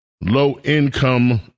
low-income